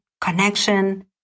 connection